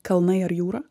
kalnai ar jūra